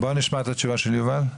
בואו נשמע את התשובה של יובל.